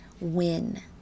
win